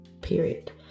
period